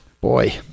Boy